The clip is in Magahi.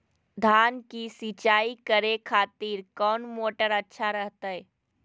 धान की सिंचाई करे खातिर कौन मोटर अच्छा रहतय?